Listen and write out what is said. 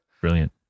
Brilliant